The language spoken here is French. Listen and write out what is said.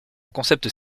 concept